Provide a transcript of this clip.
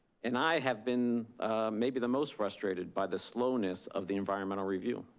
and i have been maybe the most frustrated by the slowness of the environmental review.